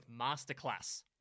Masterclass